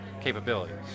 capabilities